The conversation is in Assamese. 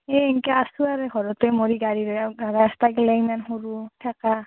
সেই এংকে আছোঁ আৰু ঘৰতে মৰি গাড়ীৰে যাবা ৰাস্তাগিলা ইমান সৰু তাকে